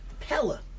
Pella